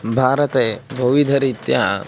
भारते बहुविधरीत्या